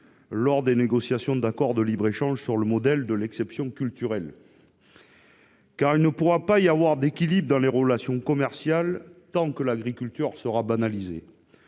lors des négociations d'accords de libre-échange, sur le modèle de l'exception culturelle. Il ne pourra pas y avoir d'équilibre dans les relations commerciales tant que l'agriculture sera banalisée.